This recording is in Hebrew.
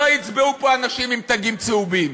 לא יצבעו פה אנשים עם תגים צהובים.